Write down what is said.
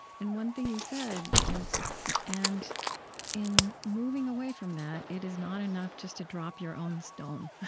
and one thing you said is it's and in moving away from that it is not enough just to drop your own stone.